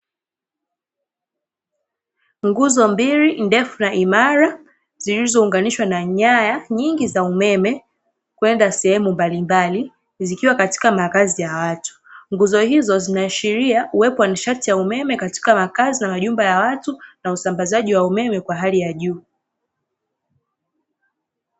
Nguzo mbili ndefu na imara zilizounganishwa na nyaya nyingi za umeme kwenda sehemu mbalimbali, zikiwa katika makazi ya watu. Nguzo hizo zinaashiria uwepo wa nishati ya umeme katika makazi na majumba ya watu, na usambazaji wa umeme kwa hali ya juu.